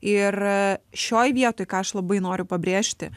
ir šioj vietoj ką aš labai noriu pabrėžti